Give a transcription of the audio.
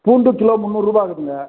பூண்டு கிலோ முந்நூறுரூபா ஆகுதுங்க